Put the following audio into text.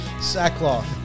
Sackcloth